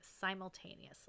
simultaneously